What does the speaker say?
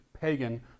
pagan